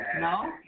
No